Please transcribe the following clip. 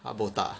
他 botak ah